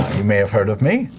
you may have heard of me.